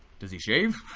does he shave?